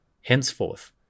Henceforth